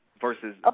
versus